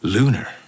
Lunar